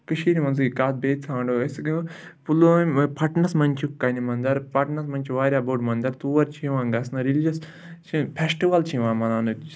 کٔشیٖرِ منٛزٕے کَتھ بیٚیہِ ژھانڈو أسۍ پُلوامہِ پھَٹنَس منٛز چھِ کَنہِ مَنٛدَر پَٹنَس منٛز چھِ واریاہ بوٚڑ منٛدَر تور چھِ یِوان گژھنہٕ ریٚلِجَس چھِ پھٮ۪شٹٕوَل چھِ یِوان مناونہٕ